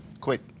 quick